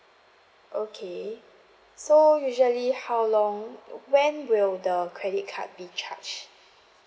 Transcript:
okay so usually how long when will the credit card be charged